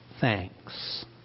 thanks